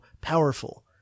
powerful